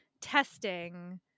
testing